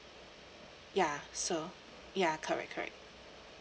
ya so ya correct correct